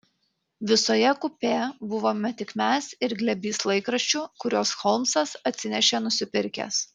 visoje kupė buvome tik mes ir glėbys laikraščių kuriuos holmsas atsinešė nusipirkęs